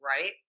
right